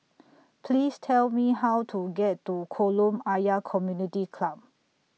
Please Tell Me How to get to Kolam Ayer Community Club